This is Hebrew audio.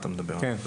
כן.